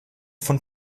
von